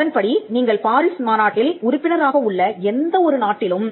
அதன்படி நீங்கள் பாரிஸ் மாநாட்டில் உறுப்பினராக உள்ள எந்த ஒரு நாட்டிலும்